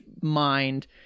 mind